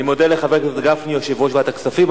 אני מודה לחבר הכנסת גפני, יושב-ראש ועדת הכספים.